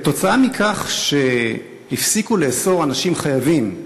עקב כך שהפסיקו לאסור אנשים חייבים,